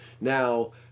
Now